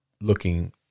looking